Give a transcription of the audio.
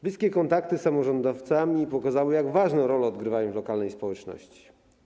Bliskie kontakty z samorządowcami pokazały, jak ważną rolę odgrywają w lokalnej społeczności.